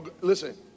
Listen